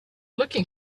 looking